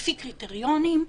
לפי קריטריונים,